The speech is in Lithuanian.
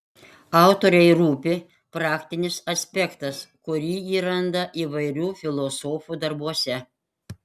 autorei rūpi praktinis aspektas kurį ji randa įvairių filosofų darbuose